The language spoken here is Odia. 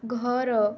ଘର